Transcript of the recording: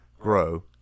grow